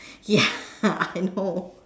ya I know